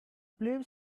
blue